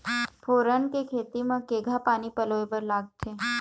फोरन के खेती म केघा पानी पलोए बर लागथे?